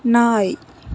நாய்